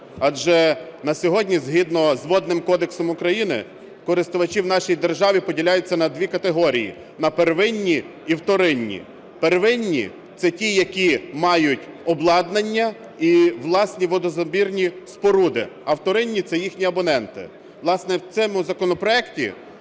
Адже на сьогодні згідно з Водним кодексом України користувачі в нашій державі поділяються на дві категорії: на первинні і вторинні. Первинні – це ті, які мають обладнання і власні водозабірні споруди, а вторинні – це їх абоненти. Власне, в цьому законопроекті